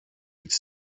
could